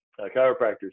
chiropractors